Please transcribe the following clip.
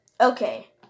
Okay